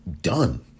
done